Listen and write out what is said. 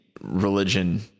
religion